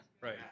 right